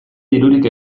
dirurik